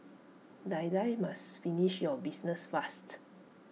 Die Die must finish your business fast